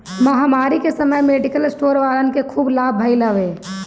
महामारी के समय मेडिकल स्टोर वालन के खूब लाभ भईल हवे